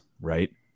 right